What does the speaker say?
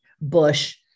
bush